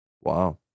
Wow